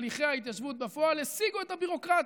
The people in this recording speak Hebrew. הליכי ההתיישבות בפועל השיגו את הביורוקרטיה,